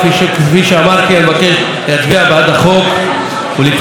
אני מבקש להצביע בעד החוק ולדחות את כל ההסתייגויות,